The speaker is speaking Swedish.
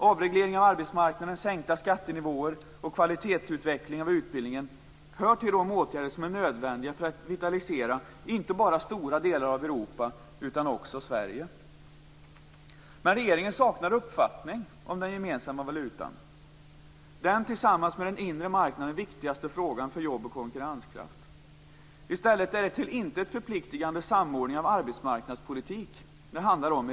Avreglering av arbetsmarknaden, sänkta skattenivåer och kvalitetsutveckling av utbildningen hör till de åtgärder som är nödvändiga för att vitalisera inte bara stora delar av Europa utan också Sverige. Men regeringen saknar uppfattning om den gemensamma valutan, som är den viktigaste frågan, tillsammans med den inre marknaden, för jobb och konkurrenskraft. I stället handlar det i regeringsretoriken om en till intet förpliktande samordning av arbetsmarknadspolitiken.